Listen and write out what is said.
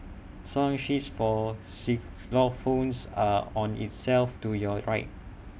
song sheets for xylophones are on IT shelf to your right